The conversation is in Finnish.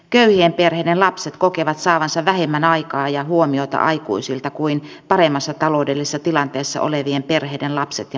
köyhien perheiden lapset kokevat saavansa vähemmän aikaa ja huomiota aikuisilta kuin paremmassa taloudellisessa tilanteessa olevien perheiden lapset ja nuoret